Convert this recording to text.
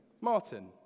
Martin